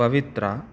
ಪವಿತ್ರ